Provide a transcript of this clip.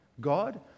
God